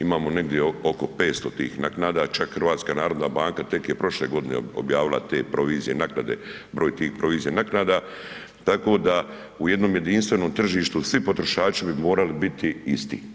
Imamo negdje oko 500 tih naknada čak HNB tek je prošle godine objavila te provizije, naknade, broj tih provizija, naknada, tako da u jednom jedinstvenom tržištu svi potrošači bi morali biti isti.